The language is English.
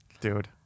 dude